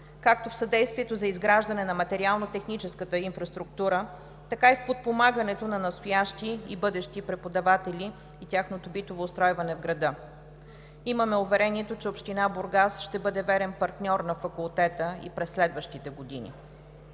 както в съдействието за изграждане на материално-техническата инфраструктура, така и в подпомагането на настоящи и бъдещи преподаватели и тяхното битово устройване в града. Имаме уверението, че община Бургас ще бъде верен партньор на Факултета и през следващите години.